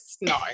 no